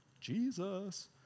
Jesus